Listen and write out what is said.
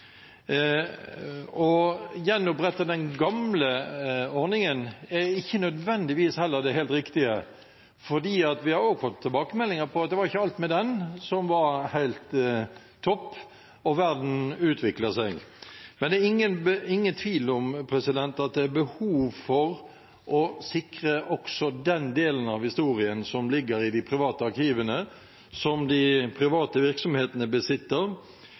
Å gjenopprette den gamle ordningen er ikke nødvendigvis heller det helt riktige, for vi har også fått tilbakemeldinger om at det ikke var alt med den som var helt topp, og verden utvikler seg. Men det er ingen tvil om at det er behov for å sikre også den delen av historien som ligger i de private arkivene, som de private virksomhetene besitter.